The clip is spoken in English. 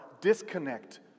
disconnect